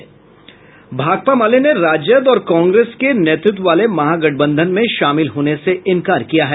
भाकपा माले ने राजद और कांग्रेस के नेतृत्व वाले महागठबंधन में शामिल होने से इनकार किया है